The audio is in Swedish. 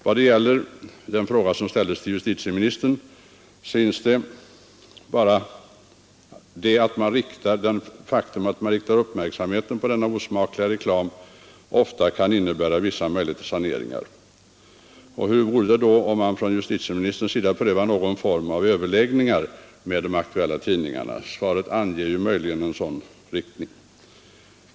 Vad det gäller den fråga som ställdes till justitieministern synes bara det faktum att man riktar uppmärksamheten på denna osmakliga reklam ofta kunna innebära vissa möjligheter till sanering. Hur vore det då om justitieministern prövade någon form av överläggningar med de aktuella tidningarna? Svaret pekar ju möjligen i en sådan riktning.